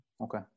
Okay